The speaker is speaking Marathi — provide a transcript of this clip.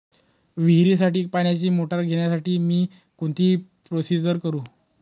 विहिरीसाठी पाण्याची मोटर घेण्यासाठी मी कोणती प्रोसिजर करु?